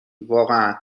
واقعا